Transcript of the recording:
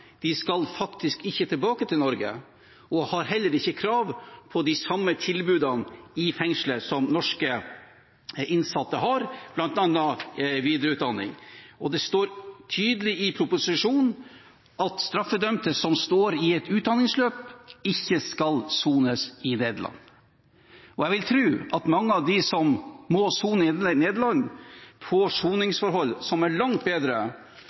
skal ikke tilbake til Norge og har heller ikke krav på de samme tilbudene i fengslet som norske innsatte har, bl.a. videreutdanning. Det står tydelig i proposisjonen at straffedømte som står i et utdanningsløp, ikke skal sone i Nederland. Jeg vil tro at mange av dem som må sone i Nederland, får soningsforhold som er langt bedre